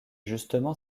justement